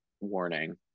warning